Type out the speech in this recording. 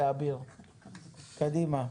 קדימה.